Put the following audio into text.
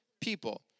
people